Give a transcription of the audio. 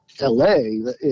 LA